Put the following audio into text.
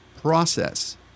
process